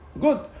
Good